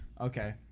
Okay